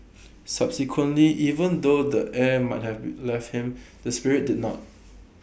subsequently even though the air might have be left him the spirit did not